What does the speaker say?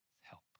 help